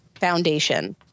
foundation